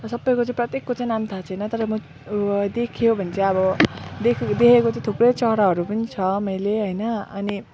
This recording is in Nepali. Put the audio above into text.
सबैको चाहिँ प्रत्येकको चाहिँ नाम थाहा छैन तर म देख्यो भने चाहिँ अब देखे देखेको चाहिँ थुप्रै चराहरू पनि छ मैले अनि